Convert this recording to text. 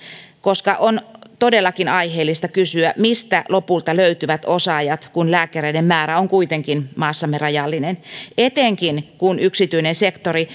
koska on todellakin aiheellista kysyä mistä lopulta löytyvät osaajat kun lääkäreiden määrä on kuitenkin maassamme rajallinen etenkin kun yksityinen sektori